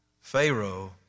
Pharaoh